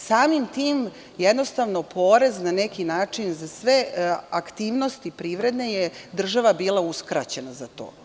Samim tim, jednostavno porez na neki način, za sve aktivnosti privredne je država bila uskraćena za to.